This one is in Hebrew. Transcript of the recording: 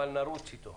אבל נרוץ איתו.